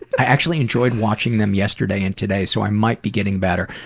i actually enjoyed watching them yesterday and today so i might be getting better.